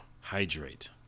hydrate